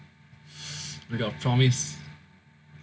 we got promise